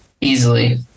easily